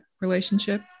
relationship